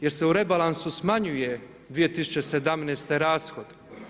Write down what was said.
Jer se u rebalansu smanjuje 2017. rashod.